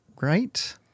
right